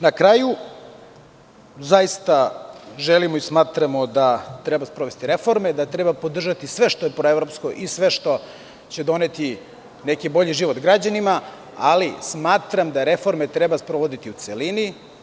Na kraju, zaista želimo i smatramo da treba sprovesti reforme, da treba podržati sve što je proevropsko i sve što će doneti neki bolji život građanima ali smatram da reforme treba sprovoditi u celini.